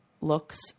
looks